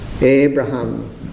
Abraham